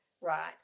right